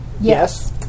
Yes